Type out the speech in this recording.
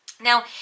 Now